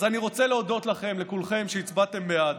אז אני רוצה להודות לכם, לכולכם, שהצבעתם בעד.